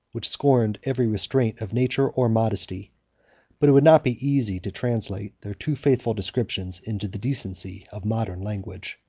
which scorned every restraint of nature or modesty but it would not be easy to translate their too faithful descriptions into the decency of modern language.